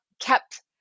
kept